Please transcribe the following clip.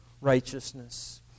righteousness